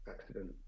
accident